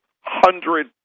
hundred